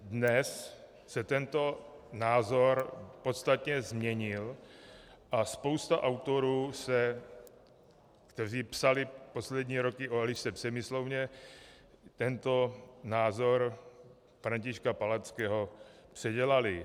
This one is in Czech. Dnes se tento názor podstatně změnil a spousta autorů, kteří psali poslední roky o Elišce Přemyslovně, tento názor Františka Palackého předělali.